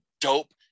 dope